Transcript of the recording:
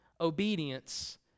obedience